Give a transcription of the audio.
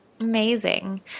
Amazing